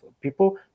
people